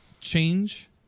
change